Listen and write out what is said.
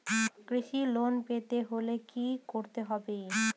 কৃষি লোন পেতে হলে কি করতে হবে?